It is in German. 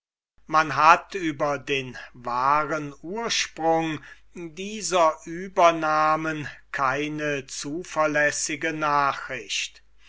man hat über den wahren ursprung dieser übernamen ganz zuverlässige nachricht